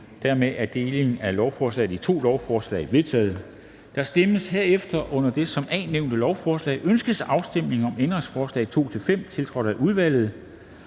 varebiler).] Delingen af lovforslaget er vedtaget. Der stemmes herefter om det under A nævnte lovforslag: Ønskes afstemning om ændringsforslag nr. 2-5, tiltrådt af udvalget,